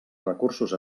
recursos